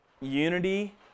unity